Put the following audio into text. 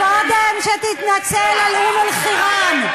קודם שתתנצל על אום-אלחיראן.